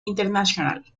international